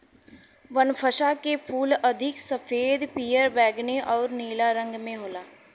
बनफशा के फूल अधिक सफ़ेद, पियर, बैगनी आउर नीला रंग में होला